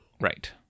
right